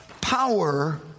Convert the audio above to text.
power